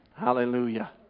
hallelujah